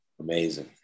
Amazing